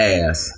ass